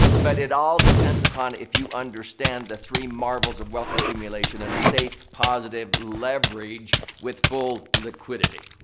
but it all depends upon if you understand the three marvels of wealth accumulation and safe positive leverage with full liquidity.